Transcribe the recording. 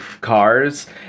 cars